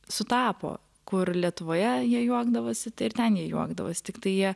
sutapo kur lietuvoje jie juokdavosi tai ir ten jie juokdavosi tiktai jie